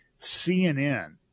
CNN